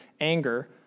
anger